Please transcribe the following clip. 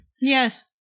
yes